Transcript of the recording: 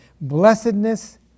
Blessedness